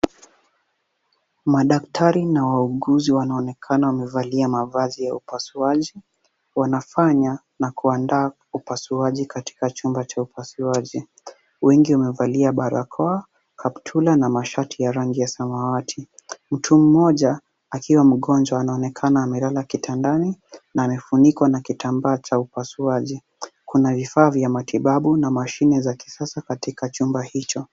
Madaktari na wauguzi wanaonekana wamevalia mavazi ya upasuaji, wanafanya na kuandaa upasuaji katika chumba cha upasuaji. Wengi wamevalia barakoa, kaptula na mashati ya rangi ya samawati. Mtu mmoja akiwa mgonjwa, anaonekana amelala kitandani na amefunikwa na kitambaa cha upasuaji. Kuna vifaa vya matibabu na mashine za kisasa katika chumba hicho.